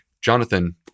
Jonathan